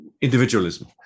individualism